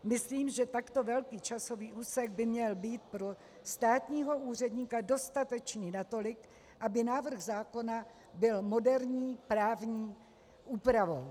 Myslím, že takto velký časový úsek by měl být pro státního úředníka dostatečný natolik, aby návrh zákona byl moderní právní úpravou.